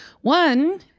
One